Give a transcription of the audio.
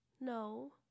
No